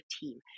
team